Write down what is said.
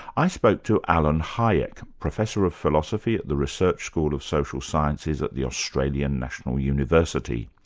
i spoke to alan hajek, professor of philosophy at the research school of social sciences at the australian national university.